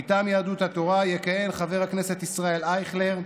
מטעם יהדות התורה יכהן חבר הכנסת ישראל אייכלר,